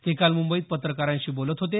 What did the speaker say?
ते काल मुंबईत पत्रकारांशी बोलत होते